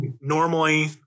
normally